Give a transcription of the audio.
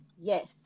yes